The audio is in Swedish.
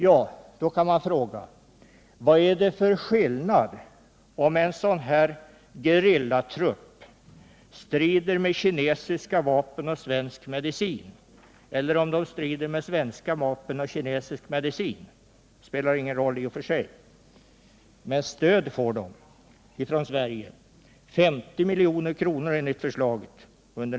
Man kan fråga sig vad det är för skillnad om en gerillatrupp strider med kinesiska vapen och svensk medicin eller om den strider med svenska vapen och kinesisk medicin. Det spelar i och för sig ingen roll. Men stöd får man från Sverige, 50 milj.kr. för nästa budgetår enligt förslaget.